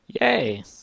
Yay